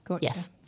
Yes